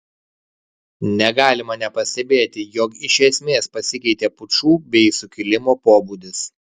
negalima nepastebėti jog iš esmės pasikeitė pučų bei sukilimo pobūdis